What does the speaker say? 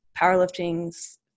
powerlifting's